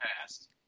past